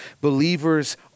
Believers